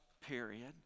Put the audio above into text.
period